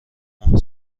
اون